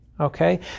Okay